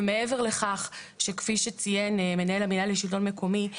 ומעבר לכך שכפי שציין מנהל המינהל לשלטון מקומי,